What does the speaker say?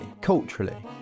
culturally